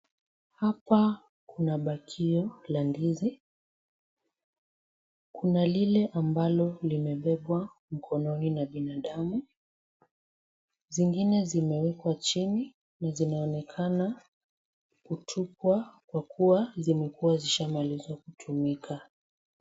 Hapa kuna bakio la ndizi, kuna lile ambalo limebebwa mkononi na binadamu. Zingine zimewekwa chini na zinaonekana kutupwa kwa kuwa zimekuwa zishamaliza kutumika.